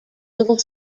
little